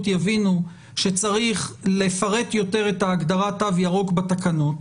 יבינו שצריך לפרט יותר את הגדרת תו ירוק בתקנות,